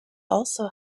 also